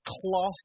cloth